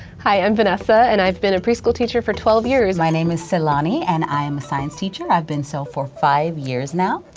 hi, i'm vanessa and i've been a pre-school teacher for twelve years. my name is tselane and i am a science teacher. i've been so for five years now.